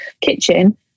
kitchen